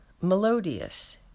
melodious